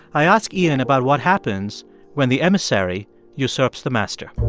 i ask iain about what happens when the emissary usurps the master